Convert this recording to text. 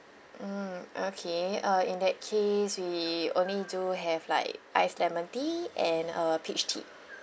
mm okay uh in that case we only do have like ice lemon tea and uh peach tea